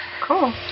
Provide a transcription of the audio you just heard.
Cool